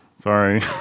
sorry